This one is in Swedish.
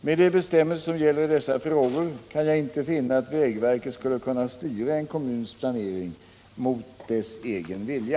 Med de bestämmelser som gäller i dessa frågor kan jag inte finna att vägverket skulle kunna styra en kommuns planering mot dess egen vilja.